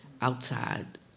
outside